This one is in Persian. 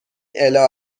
الا